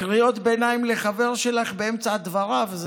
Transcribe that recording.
קריאות ביניים לחבר שלך באמצע דבריו?